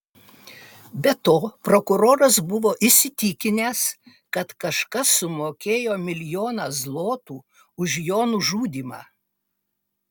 be to prokuroras buvo įsitikinęs kad kažkas sumokėjo milijoną zlotų už jo nužudymą